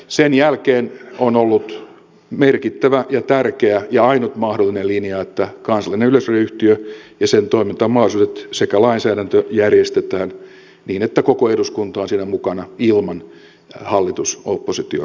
sen jälkeen on ollut merkittävä ja tärkeä ja ainut mahdollinen linja että kansallinen yleisradioyhtiö ja sen toimintamahdollisuudet sekä lainsäädäntö järjestetään niin että koko eduskunta on siinä mukana ilman hallitusoppositio rajaa